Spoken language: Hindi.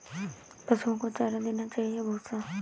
पशुओं को चारा देना चाहिए या भूसा?